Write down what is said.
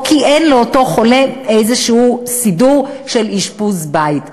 או כי אין לאותו חולה איזשהו סידור של אשפוז בית.